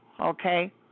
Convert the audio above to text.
okay